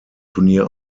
turnier